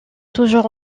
toujours